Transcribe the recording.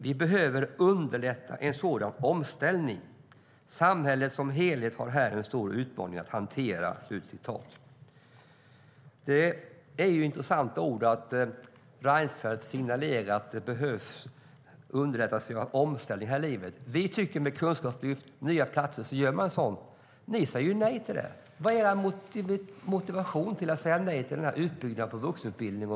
Vi behöver underlätta en sådan omställning. Samhället som helhet har här en stor utmaning att hantera. "Det är intressant att Reinfeldt signalerade att man behöver underlätta för omställningar i livet. Vi tycker att sådant görs med kunskapslyft och nya platser. Men ni säger nej till det. Vad är er motivering till att säga nej till utbyggnaden av vuxenutbildningen?